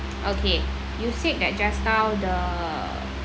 okay you said that just the